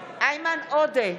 איימן עודה,